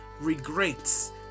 regrets